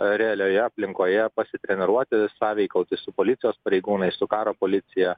realioje aplinkoje pasitreniruoti sąveikauti su policijos pareigūnais su karo policija